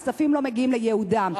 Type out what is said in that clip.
הכספים לא מגיעים ליעדם.